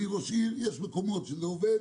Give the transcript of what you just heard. אני ראש עיר יש מקומות שזה עובד,